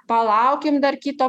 palaukim dar kito